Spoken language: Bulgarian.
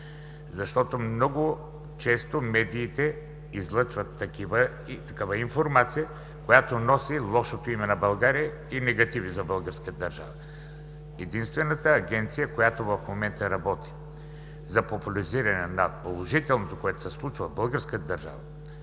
Защото много често медиите излъчват такава информация, която носи лошо име на България и негативи за българската държава. Единствената Агенция, която в момента работи за популяризиране на положителното, което се случва в българската държава,